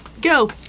Go